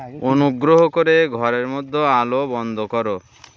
অনুগ্রহ করে ঘরের মধ্যে আলো বন্ধ করো